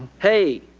hey,